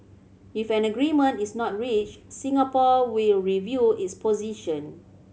if an agreement is not reached Singapore will review its position